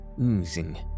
oozing